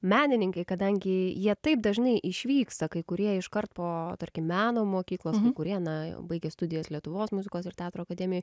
menininkai kadangi jie taip dažnai išvyksta kai kurie iškart po tarkim meno mokyklos kurie na jau baigę studijas lietuvos muzikos ir teatro akademijoj